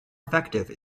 effective